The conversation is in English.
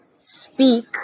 speak